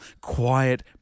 quiet